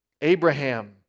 Abraham